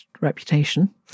reputation